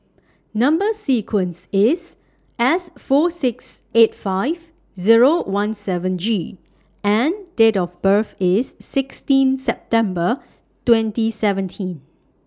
Number sequence IS S four six eight five Zero one seven G and Date of birth IS sixteen September twenty seventeen